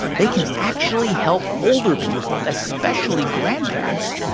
they can actually help older people, especially grandparents,